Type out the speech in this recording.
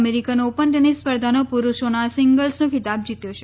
American Open tennis સ્પર્ધાનો પુરૂષોના સિંગલ્સનો ખિતાબ જીત્યો છે